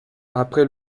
après